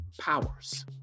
powers